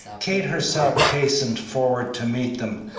kate herself hastened forward to meet them,